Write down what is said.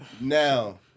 Now